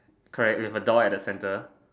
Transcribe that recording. correct with a door at the center